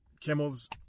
Kimmel's